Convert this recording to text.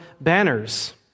banners